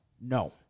No